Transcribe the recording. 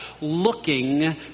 Looking